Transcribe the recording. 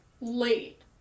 late